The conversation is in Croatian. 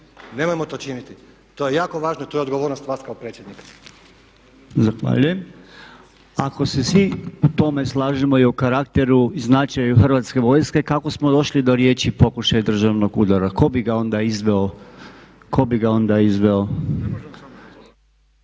Nemojmo to činiti. To je jako važno i to je odgovornost vas kao potpredsjednika. **Podolnjak, Robert (MOST)** Zahvaljujem. Ako se svi u tome slažemo i o karakteru i značaju Hrvatske vojske kako smo došli do riječi pokušaj državnog udara? Tko bi ga onda izveo?